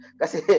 kasi